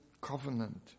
covenant